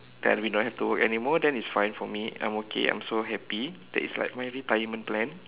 then we don't have to work anymore then it's fine for me I'm okay I'm so happy that is like my retirement plan